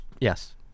Yes